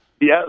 Yes